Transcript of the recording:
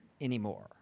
anymore